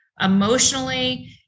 emotionally